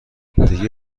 دیگه